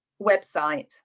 website